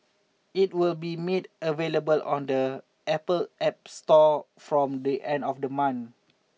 it will be made available on the Apple App Store from the end of the month